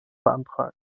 beantragt